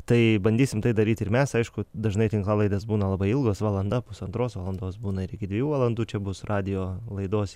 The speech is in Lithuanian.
tai bandysim tai daryti ir mes aišku dažnai tinklalaidės būna labai ilgos valanda pusantros valandos būna ir iki dviejų valandų čia bus radijo laidos